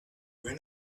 ran